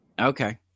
Okay